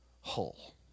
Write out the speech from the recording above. hull